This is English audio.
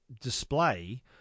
display